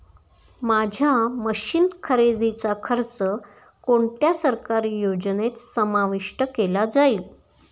माझ्या मशीन्स खरेदीचा खर्च कोणत्या सरकारी योजनेत समाविष्ट केला जाईल?